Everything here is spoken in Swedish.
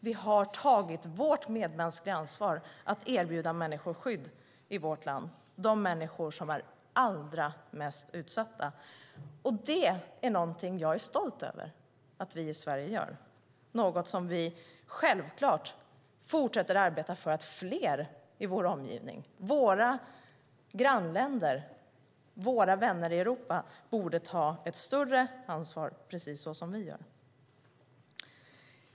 Vi har tagit vårt medmänskliga ansvar att erbjuda de allra mest utsatta människorna skydd i vårt land. Det är någonting som jag är stolt över att vi i Sverige gör och något som vi självklart fortsätter att arbeta för att fler i vår omgivning - våra grannländer, våra vänner i Europa - ska ta ett större ansvar för precis så som vi gör.